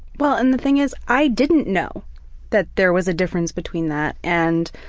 well, and the thing is i didn't know that there was a difference between that and